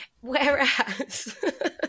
Whereas